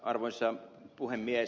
arvoisa puhemies